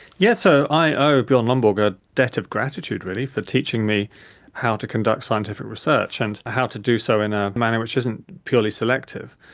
yes, so i owe bjorn lomborg a debt of gratitude really for teaching me how to conduct scientific research and how to do so in a manner which isn't purely selective.